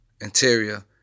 Interior